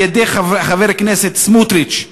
על-ידי חבר הכנסת סמוטריץ,